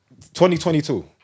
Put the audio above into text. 2022